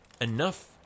enough